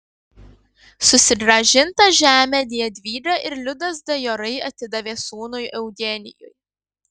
susigrąžintą žemę jadvyga ir liudas dajorai atidavė sūnui eugenijui